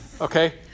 Okay